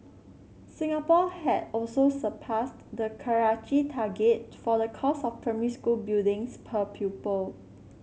Singapore had also surpassed the Karachi target for the cost of primary school buildings per pupil